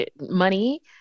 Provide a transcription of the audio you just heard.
money